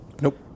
Nope